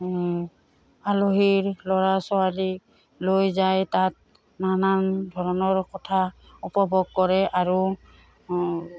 আলহীৰ ল'ৰা ছোৱালীক লৈ যায় তাত নানান ধৰণৰ কথা উপভোগ কৰে আৰু